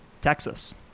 Texas